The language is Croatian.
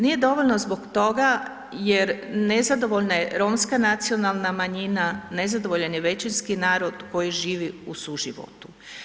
Nije dovoljno zbog toga jer nezadovoljna je romska nacionalna manjina, nezadovoljan je većinski narod koji živi u suživotu.